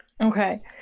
okay